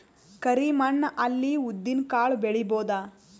ಕರಿ ಮಣ್ಣ ಅಲ್ಲಿ ಉದ್ದಿನ್ ಕಾಳು ಬೆಳಿಬೋದ?